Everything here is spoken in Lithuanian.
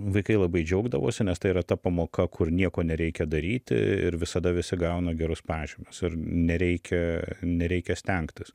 vaikai labai džiaugdavosi nes tai yra ta pamoka kur nieko nereikia daryti ir visada visi gauna gerus pažymius ir nereikia nereikia stengtis